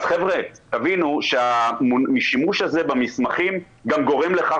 תבינו שהשימוש הזה במסמכים גורם לכך